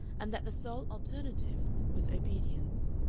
and that the sole alternative was obedience,